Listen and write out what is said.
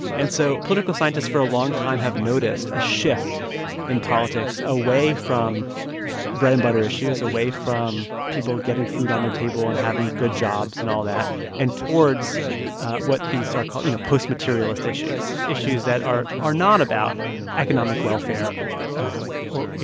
and so political scientists for a long time have noticed a shift in politics away from bread-and-butter issues, away from people getting food on their table and having good jobs and all that and towards what these are called you know, postmaterialist issues, issues that are are not about economic welfare or, you